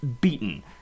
beaten